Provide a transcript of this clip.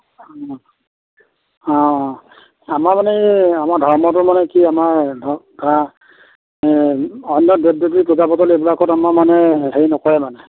আমাৰ মানে এই আমাৰ ধৰ্মটো মানে কি আমাৰ ধৰা অন্য দেৱ দেৱী পূজা পাতল এইবিলাকত আমাৰ মানে হেৰি নকৰে মানে